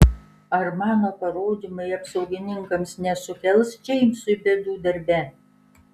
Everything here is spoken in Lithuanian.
ar mano parodymai apsaugininkams nesukels džeimsui bėdų darbe